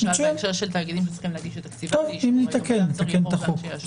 אם ניתקל, נתקן את החוק.